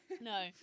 No